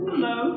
Hello